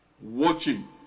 watching